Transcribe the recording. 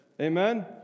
Amen